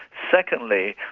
secondly,